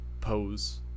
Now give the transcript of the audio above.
pose